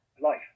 life